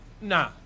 Nah